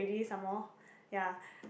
already some more ya